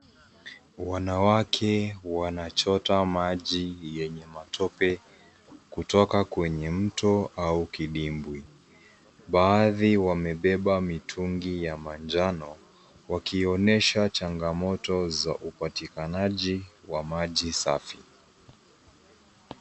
Wanawake wanachota maji yenye matope kutoka kwenye mto au kidimbwi. Baadhi wamebeba mitungi ya manjano, wakionesha changamoto za upatikanaji wa maji safi.